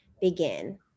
begin